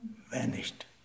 vanished